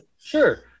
Sure